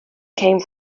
came